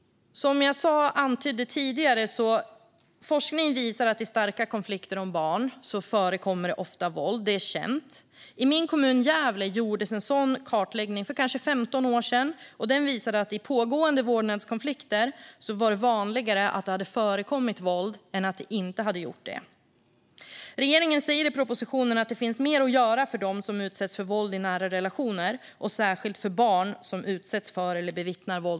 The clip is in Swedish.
Som jag antydde tidigare visar forskning att i starka konflikter om barn förekommer ofta våld. Det är känt. I min hemkommun Gävle gjordes en sådan kartläggning för kanske 15 år sedan som visade att det i pågående vårdnadskonflikt var vanligare att det hade förekommit våld än att det inte hade gjort det. Regeringen säger i propositionen att det finns mer att göra för dem som utsätts för våld i nära relationer och särskilt för barn som utsätts för eller bevittnar våld.